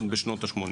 עוד בשנות ה-80.